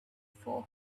four